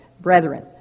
Brethren